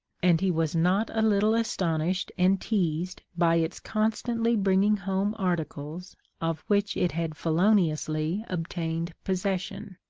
and he was not a little astonished and teazed by its constantly bringing home articles of which it had feloniously obtained possession.